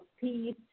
Peace